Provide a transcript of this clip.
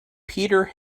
peter